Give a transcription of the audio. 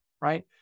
Right